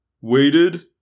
Waited